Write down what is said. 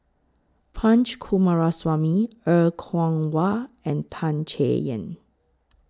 Punch Coomaraswamy Er Kwong Wah and Tan Chay Yan